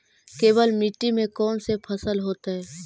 केवल मिट्टी में कौन से फसल होतै?